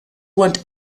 want